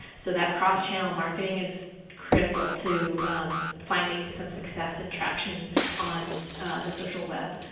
so that cross channel marketing is critical to finding some success and traction on the social web.